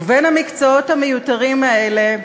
ובין המקצועות המיותרים האלה,